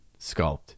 sculpt